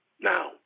Now